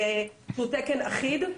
שהוא תקן אחיד,